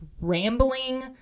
rambling